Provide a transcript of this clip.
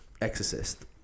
exorcist